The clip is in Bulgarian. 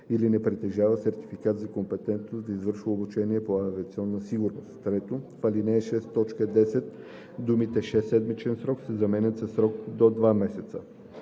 или не притежава сертификат за компетентност, да извърши обучение по авиационна сигурност.“ 3. В ал. 6, т. 10 думите „6-седмичен срок“ се заменят със „срок до два месеца“.“